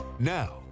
now